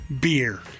beer